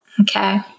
Okay